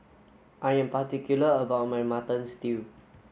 I am particular about my mutton stew